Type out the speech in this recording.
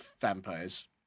vampires